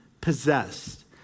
possessed